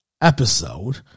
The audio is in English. Episode